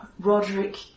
Roderick